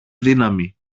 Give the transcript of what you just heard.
δύναμη